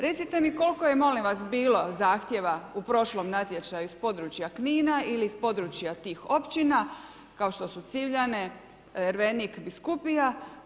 Recite mi koliko je molim vas bilo zahtjeva u prošlom natječaju iz područja Knina ili iz područja tih općina, kao što su Civljane, Ervenik biskupija.